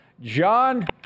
John